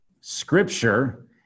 scripture